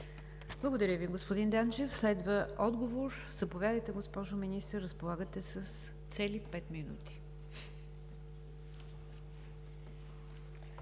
Благодаря Ви, господин Данчев. Следва отговор. Заповядайте, госпожо Министър. Разполагате с пет минути.